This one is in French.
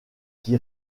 qui